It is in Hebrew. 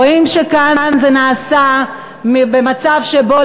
רואים שכאן זה נעשה במצב שבו,